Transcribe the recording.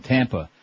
Tampa